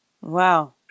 wow